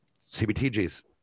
CBTG's